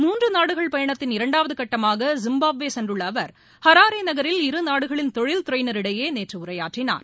மூன்று நாடுகள் பயணத்தின் இரண்டாவது கட்டமாக ஜிம்பாப்வே சென்றுள்ள அவர் அராரே நகரில் இருநாடுகளின் தொழில் துறையினரிடையே நேற்று உரையாற்றினார்